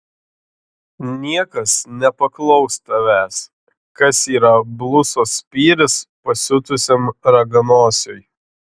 niekas nepaklaus tavęs kas yra blusos spyris pasiutusiam raganosiui